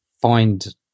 find